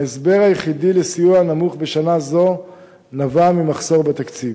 ההסבר היחידי לסיוע נמוך בשנה זו נבע ממחסור בתקציב.